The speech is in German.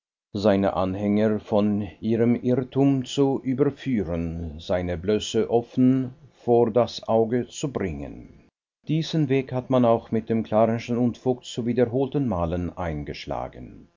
seine anhänger von ihrem irrtum zu überführen seine blöße offen vor das auge zu bringen diesen weg hat man auch mit dem claurenschen unfug zu wiederholten malen eingeschlagen